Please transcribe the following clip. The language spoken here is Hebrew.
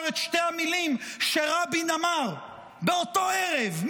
את שתי המילים שרבין אמר מייד באותו ערב: